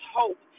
hope